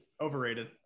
Overrated